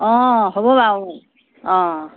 অঁ হ'ব বাৰু অঁ